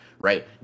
right